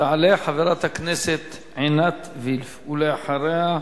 תעלה חברת הכנסת עינת וילף, ולאחריה,